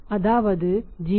அதாவது 0